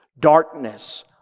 Darkness